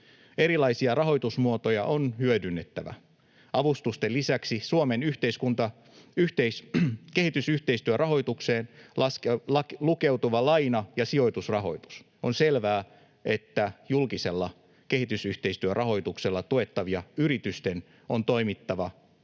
Erilaisia rahoitusmuotoja on hyödynnettävä. Avustusten lisäksi Suomen kehitysyhteistyön rahoitukseen lukeutuu laina- ja sijoitusrahoitus. On selvää, että julkisella kehitysyhteistyörahoituksella tuettavien yritysten on toimittava